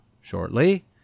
shortly